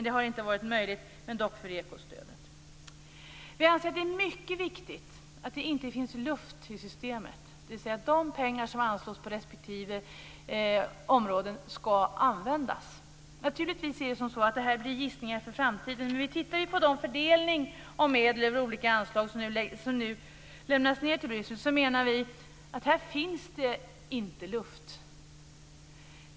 Det har inte varit möjligt, men dock för Vi anser att det är mycket viktigt att det inte finns luft i systemet. De pengar som anslås på respektive områden ska användas. Det blir naturligtvis gissningar för framtiden. Om vi tittar på det förslag till fördelning av medel ur olika anslag som nu lämnas ned till Bryssel, menar vi att det inte finns luft här.